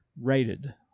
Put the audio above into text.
rated